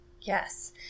Yes